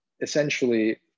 essentially